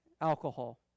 alcohol